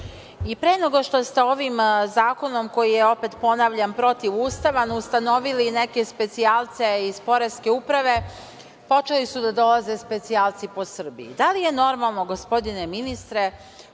I pre nego što ste ovim zakonom, koji je, opet ponavljam, protivustavan, ustanovili neke specijalce i poreske uprave, počeli su da dolaze specijalci po Srbiji. Da li je normalno, gospodine ministre,